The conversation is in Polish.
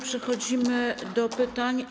Przechodzimy do pytań.